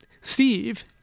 Steve